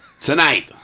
Tonight